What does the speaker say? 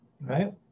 right